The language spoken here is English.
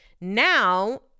Now